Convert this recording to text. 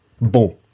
Bon